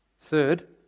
Third